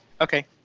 okay